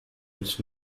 its